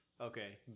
Okay